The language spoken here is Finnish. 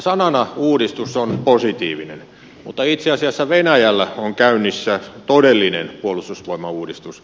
sanana uudistus on positiivinen mutta itse asiassa venäjällä on käynnissä todellinen puolustusvoimauudistus